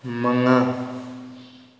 ꯃꯉꯥ